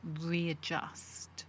readjust